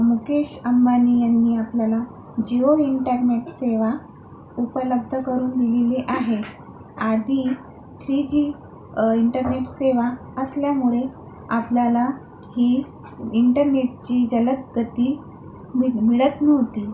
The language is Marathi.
मुकेश अंबानी यांनी आपल्याला जिओ इंटरनेट सेवा उपलब्ध करून दिलेली आहे आधी थ्रीजी इंटरनेट सेवा असल्यामुळे आपल्याला ही इंटरनेटची जलद गती मिड मिळत नव्हती